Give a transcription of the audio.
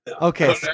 Okay